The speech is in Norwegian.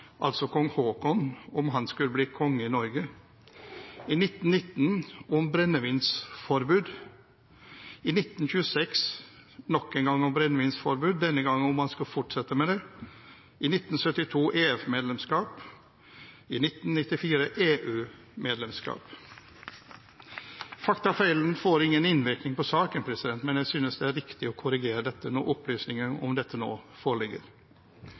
altså kong Haakon, skulle bli konge i Norge, i 1919 om brennevinsforbud, i 1926 nok en gang om brennevinsforbud, denne gang om man skulle fortsette med det, i 1972 om EF-medlemskap og i 1994 om EU-medlemskap. Faktafeilen får ingen innvirkning på saken, men jeg synes det er riktig å korrigere dette når opplysninger om dette nå foreligger.